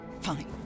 Fine